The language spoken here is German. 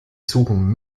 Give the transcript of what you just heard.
suchen